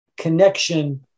connection